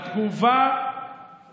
הם